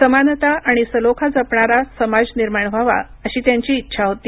समानता आणि सलोखा जपणारा समाज निर्माण व्हावा अशी त्यांची इच्छा होती